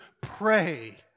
pray